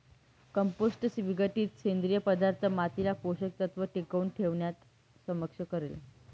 compost विघटित सेंद्रिय पदार्थ मातीला पोषक तत्व टिकवून ठेवण्यास सक्षम करेल